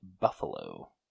Buffalo